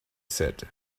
said